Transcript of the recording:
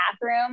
bathroom